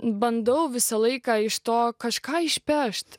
bandau visą laiką iš to kažką išpešti